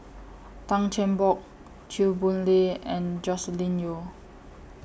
Tan Cheng Bock Chew Boon Lay and Joscelin Yeo